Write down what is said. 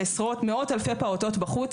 למאות ואלפי פעוטות בחוץ?